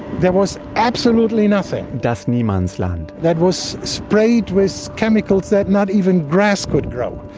there was absolutely nothing that's no man's land that was sprayed with chemicals that not even grass could grow.